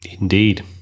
indeed